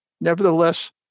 Nevertheless